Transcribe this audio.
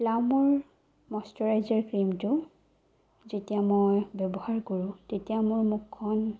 প্লামৰ moisturiser ক্ৰিমটো যেতিয়া মই ব্যৱহাৰ কৰোঁ তেতিয়া মোৰ মুখখন